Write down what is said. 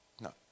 No